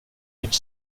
ert